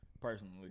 Personally